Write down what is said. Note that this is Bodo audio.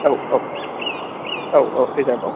औ औ औ औ रिजार्भ आव